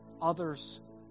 others